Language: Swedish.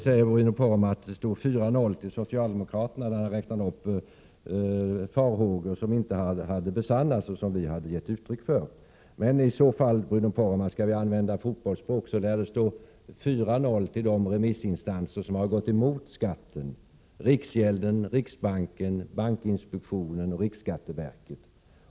Bruno Poromaa sade att det står 4-0 till socialdemokraterna när det gäller farhågor som vi hade gett uttryck för men som inte hade besannats. Skall vi använda fotbollsspråk, så lär det stå 4-0 i fråga om de remissinstanser som har gått emot skatten: riksgälden, riksbanken, bankinspektionen och riksskatteverket.